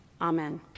Amen